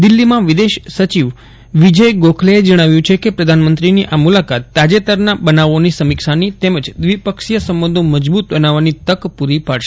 દિલ્હીમાં વિદેશ સચિવ વિજય ગોખલેએ જજ્ઞાવ્યું છે કે પ્રધાનમંત્રીની આ મુલાકાત તાજેતરના બનાવોની સમીક્ષાની તેમજ દ્વિપક્ષીય સંબંધો મજબૂત બનાવવાની તક પૂરી પાડશે